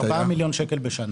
4 מיליון שקלים בשנה.